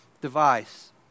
device